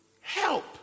help